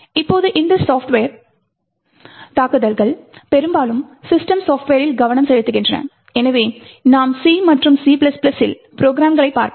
இப்போது இந்த சாப்ட்வேர் தாக்குதல்கள் பெரும்பாலும் சிஸ்டம் சாப்ட்வேரில் கவனம் செலுத்துகின்றன எனவே நாம் C மற்றும் C ப்ரோக்ராம்களைப் பார்ப்போம்